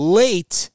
late